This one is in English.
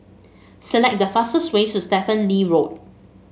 select the fastest way to Stephen Lee Road